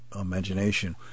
imagination